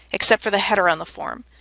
except for the header on the form.